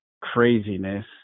craziness